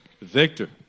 Victor